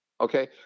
okay